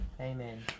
Amen